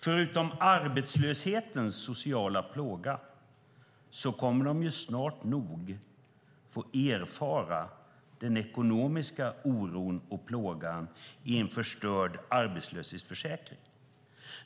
Förutom arbetslöshetens sociala plåga kommer de snart nog att få erfara den ekonomiska oron och plågan i en förstörd arbetslöshetsförsäkring.